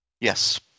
Yes